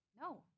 No